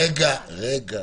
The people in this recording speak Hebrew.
רגע, רגע.